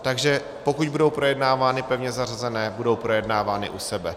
Takže pokud budou projednávány pevně zařazené, budou projednávány u sebe.